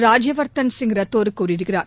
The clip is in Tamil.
ராஜ்யவர்த்தன் சிங் ராத்தோர் கூறியிருக்கிறார்